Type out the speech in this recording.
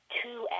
two